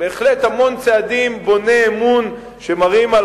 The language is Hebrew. בהחלט המון צעדים בוני אמון שמראים על